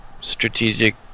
strategic